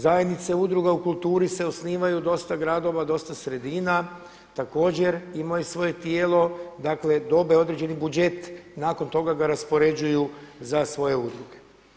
Zajednice udruga u kulturi se osnivaju, dosta gradova, dosta sredina, također imaju svoje tijelo, dakle dobe određeni budžet i nakon toga ga raspoređuju za svoje udruge.